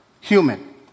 human